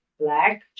Black